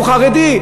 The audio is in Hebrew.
הוא חרדי,